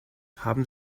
haben